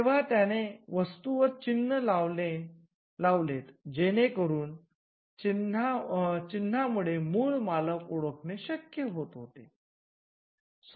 तेव्हा त्याने वस्तूंवर चिन्ह लावलेत जेणेकरून चिन्हामुळे मूळ मालक ओळखणे शक्य होत होते